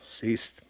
ceased